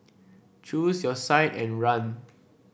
choose your side and run